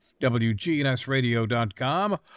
wgnsradio.com